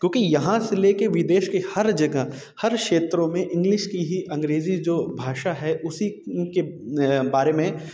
क्योंकि यहाँ से ले के विदेश के हर जगह हर क्षेत्रों में इंग्लिश की ही जो अंग्रेजी भाषा है उसी के बारे में